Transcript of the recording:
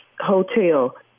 hotel